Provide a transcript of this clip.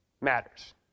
matters